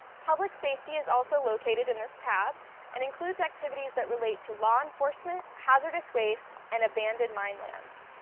public safety is also located in this tab and includes activities that relate to law enforcement, hazardous waste and abandoned mine lands.